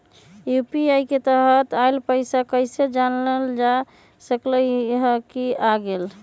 UPI के तहत आइल पैसा कईसे जानल जा सकहु की आ गेल?